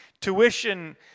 tuition